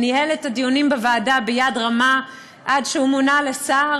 וניהל את הדיונים בוועדה ביד רמה עד שמונה לשר.